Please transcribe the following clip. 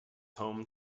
home